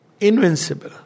invincible